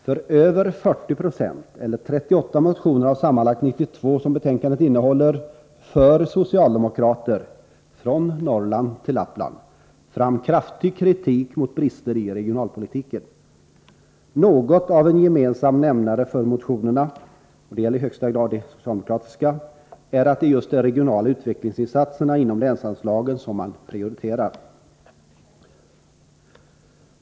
I över 40 96 eller i 38 motioner av sammanlagt 92 som behandlas i betänkandet för socialdemokrater — från Skåne till Lappland — fram kraftig kritik mot brister i regionalpolitiken. Något av en gemensam nämnare för motionerna — detta gäller i högsta grad de socialdemokratiska — är att det just är regionala utvecklingsinsatser inom länsanslagen som man prioriterar.